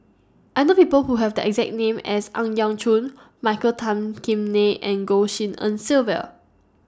I know People Who Have The exact name as Ang Yau Choon Michael Tan Kim Nei and Goh Tshin En Sylvia